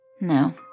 No